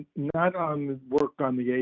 not on work on the ada,